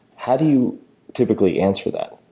how do you typically answer that?